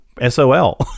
S-O-L